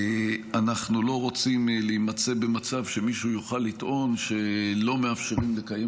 אנחנו לא רוצים להימצא במצב שמישהו יוכל לטעון שלא מאפשרים לקיים